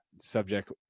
subject